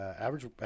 Average